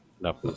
no